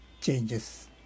changes